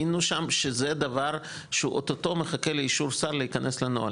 היינו שם שזה דבר שהוא אוטוטו מחכה לאישור סל להיכנס לנוהל.